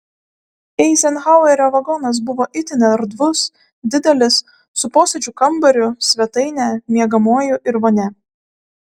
eizenhauerio vagonas buvo itin erdvus didelis su posėdžių kambariu svetaine miegamuoju ir vonia